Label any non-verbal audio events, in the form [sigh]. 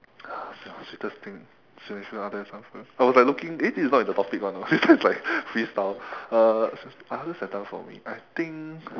sweetest thing sweetest other thing I was like looking eh this is not in the topic [one] [laughs] it's just like freestyle uh excuse me I think